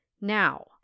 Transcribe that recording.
Now